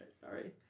sorry